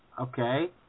Okay